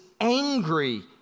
angry